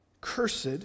Cursed